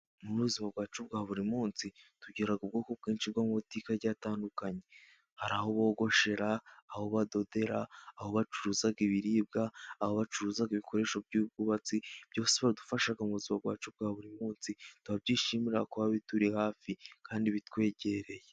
Muri ubu buzima bwacu bwa buri munsi, tugira ubwoko bwinshi bw’amabutike agiye atandukanye. Hari aho bogoshera, aho badodera, aho bacuruza ibiribwa, aho bacuruza ibikoresho by’ubwubatsi. Byose biradufasha mu buzima bwacu bwa buri munsi. Turabyishimira kuba bituri hafi kandi bitwegereye.